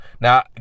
now